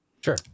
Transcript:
Sure